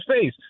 face